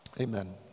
Amen